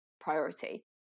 priority